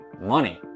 Money